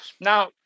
Now